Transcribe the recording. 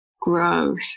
growth